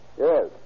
Yes